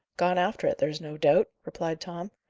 gone after it, there's no doubt, replied tom.